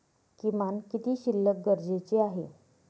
किमान किती शिल्लक गरजेची आहे?